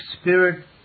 spirit